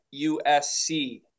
USC